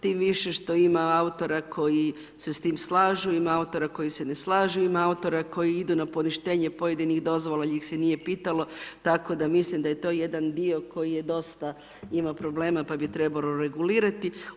Tim više što ima autora koji se s tim slažu, ima autora koji se ne slažu, ima autora koji idu na poništenje pojedinih dozvola jer ih se nije pitalo, tako da mislim da je to jedan dio koji dosta ima problema pa bi trebalo regulirati.